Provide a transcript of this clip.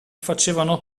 facevano